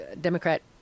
Democrat